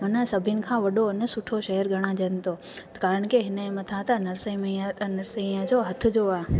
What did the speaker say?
हुन सभिनि खां वॾो अन सुठो शहरु ॻणाइजनि थो छाकाणि की हिन जे मथां त नरसइमइया नरसंईया जो हथु जो आहे